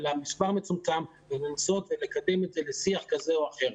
אלא מספר מצומצם ולנסות לקדם את זה בשיח כזה או אחר.